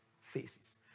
Faces